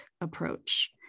approach